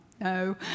No